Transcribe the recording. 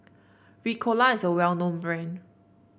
Ricola is a well known brand